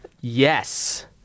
Yes